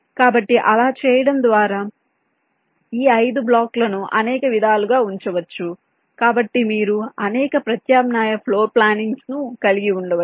కాబట్టి అలా చేయడం ద్వారా ఈ 5 బ్లాకులను అనేక విధాలుగా ఉంచవచ్చు కాబట్టి మీరు అనేక ప్రత్యామ్నాయ ఫ్లోర్ ప్లానింగ్స్ ను కలిగి ఉండవచ్చు